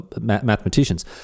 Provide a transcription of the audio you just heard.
mathematicians